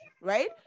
right